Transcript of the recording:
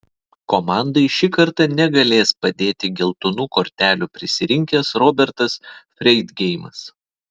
komandai šį kartą negalės padėti geltonų kortelių prisirinkęs robertas freidgeimas